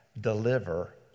deliver